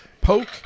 Poke